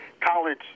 college